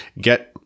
get